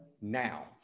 now